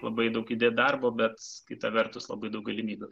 labai daug įdėt darbo bet kita vertus labai daug galimybių